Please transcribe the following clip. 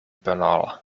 banal